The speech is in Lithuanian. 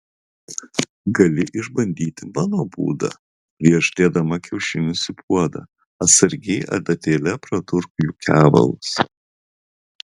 gali išbandyti mano būdą prieš dėdama kiaušinius į puodą atsargiai adatėle pradurk jų kevalus